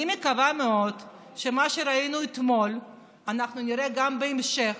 אני מקווה מאוד שאת מה שראינו אתמול אנחנו נראה גם בהמשך,